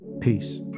Peace